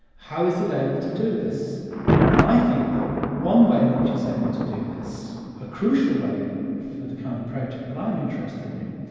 how is it able to do this? and i think that one way in which it's able to do this, a crucial way for the kind of project that i'm interested in,